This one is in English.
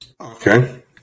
okay